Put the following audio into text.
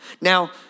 Now